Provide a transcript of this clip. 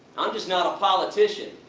i'm just not a politician.